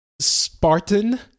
Spartan